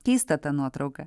keista ta nuotrauka